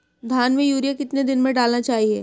धान में यूरिया कितने दिन में डालना चाहिए?